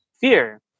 fear